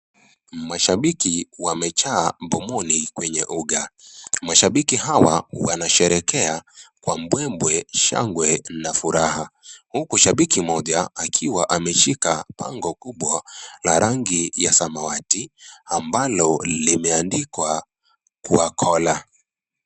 Mashabiki wamejaa mbomoni kwenye uga. Mashabiki hawa wanasherehekea kwa mbwembwe, shangwe na furaha, huku shabiki mmoja akiwa ameshika bango kubwa la rangi ya samawati ambalo limeandikwa "Khwakhola."